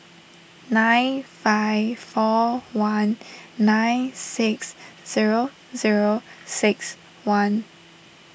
nine five four one nine six zero zero six one